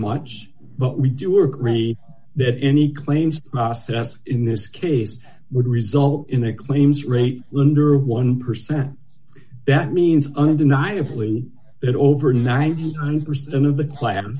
much but we do or agree that any claims process in this case would result in the claims rate under one percent that means undeniably it over ninety one percent of the cla